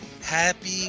happy